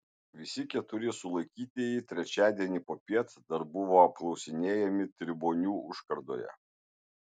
visi keturi sulaikytieji trečiadienį popiet dar buvo apklausinėjami tribonių užkardoje